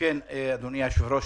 אדוני היושב-ראש,